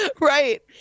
Right